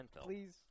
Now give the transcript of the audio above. Please